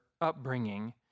upbringing